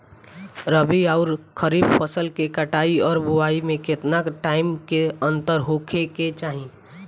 रबी आउर खरीफ फसल के कटाई और बोआई मे केतना टाइम के अंतर होखे के चाही?